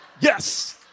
Yes